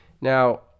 Now